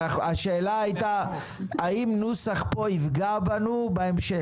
השאלה הייתה אם הנוסח פה יפגע בנו בהמשך.